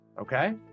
okay